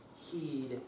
heed